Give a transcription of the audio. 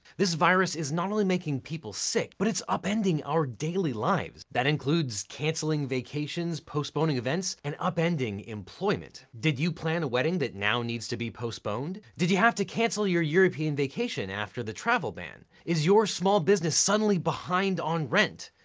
this virus is not only making people sick, but it's upending our daily lives. that includes canceling vacations, postponing events, and upending employment. did you plan a wedding that now needs to be postponed? did you have to cancel your european vacation after the travel ban? is your small business suddenly behind on rent?